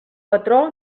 patró